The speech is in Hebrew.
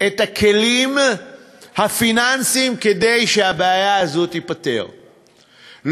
את הכלים הפיננסיים כדי שהבעיה הזאת תיפתר,